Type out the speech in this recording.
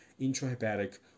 intrahepatic